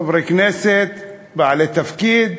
חברי כנסת, בעלי תפקיד.